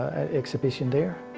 exhibition there.